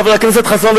חבר הכנסת חסון,